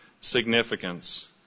significance